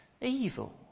evil